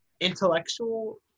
intellectual